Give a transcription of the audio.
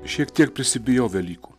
šiek tiek prisibijau velykų